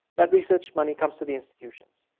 that research money comes to the institutions.